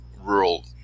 rural